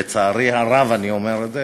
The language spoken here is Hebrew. לצערי הרב אני אומר את זה,